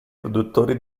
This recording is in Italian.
produttori